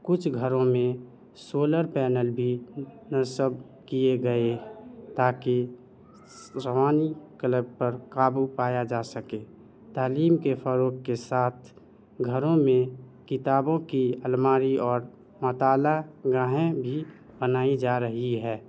کچھ گھروں میں سولر پینل بھی نصب کیے گئے تاکہ روانی کلب پر قابو پایا جا سکے تعلیم کے فروغ کے ساتھ گھروں میں کتابوں کی الماری اور مطالعہ گاہیں بھی بنائی جا رہی ہے